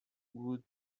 would